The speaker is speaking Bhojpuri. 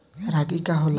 रागी का होला?